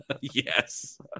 Yes